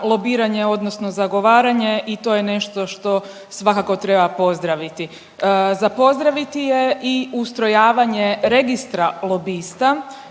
odnosno zagovaranje i to je nešto što svakako treba pozdraviti. Za pozdraviti je i ustrojavanje registra lobista